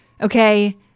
okay